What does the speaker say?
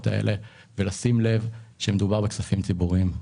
האלה ולשים לב שמדובר בכספים ציבוריים.